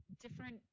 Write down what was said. different